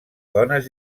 dones